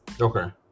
Okay